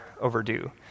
overdue